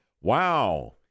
Wow